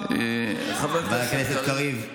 חבר הכנסת קריב,